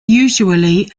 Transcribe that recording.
usually